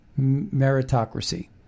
meritocracy